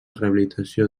rehabilitació